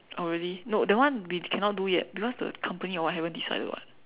oh really no that one we cannot do yet because the company or what haven't decided [what]